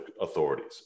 authorities